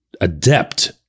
adept